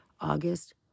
August